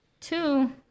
Two